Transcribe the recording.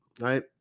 right